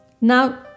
Now